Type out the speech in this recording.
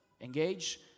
engage